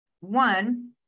one